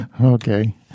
Okay